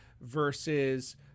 versus